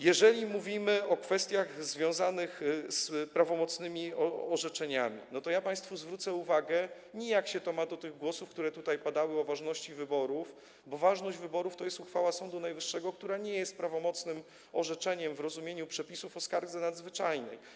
Jeżeli mówimy o kwestiach związanych z prawomocnymi orzeczeniami, to zwrócę państwu uwagę, że nijak to się nie ma do głosów, które tutaj padały, o ważności wyborów, bo ważności wyborów dotyczy uchwała Sądu Najwyższego, która nie jest prawomocnym orzeczeniem w rozumieniu przepisów o skardze nadzwyczajnej.